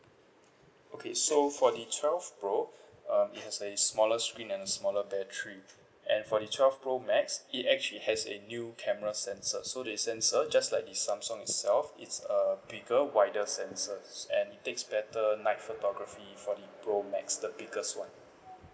okay so for the twelve pro um it has a smaller screen and a smaller battery and for the twelve pro max it actually has a new camera sensor so the sensor just like the samsung itself it's a bigger wider sensors and it takes better night photography for the pro max the biggest one